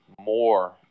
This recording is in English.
more